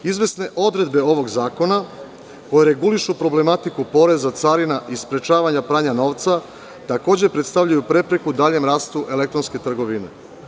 Izvesne odredbe ovog zakona koje regulišu problematiku poreza, carina i sprečavanja pranja novca, takođe predstavljaju prepreku daljem rastu elektronske trgovine.